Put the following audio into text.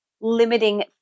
limiting